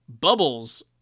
Bubbles